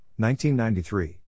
1993